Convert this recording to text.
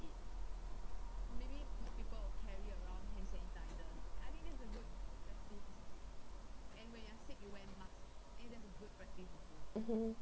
mmhmm